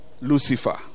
Lucifer